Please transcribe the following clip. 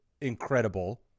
incredible